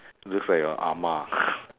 looks like your ah-ma